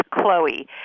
Chloe